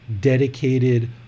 dedicated